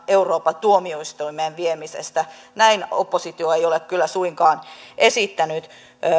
euroopan tuomioistuimeen viemisestä näin oppositio ei ole kyllä suinkaan esittänyt